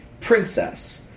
Princess